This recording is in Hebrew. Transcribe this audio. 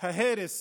ההרס